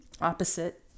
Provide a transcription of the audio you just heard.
opposite